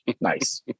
Nice